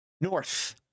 North